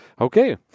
Okay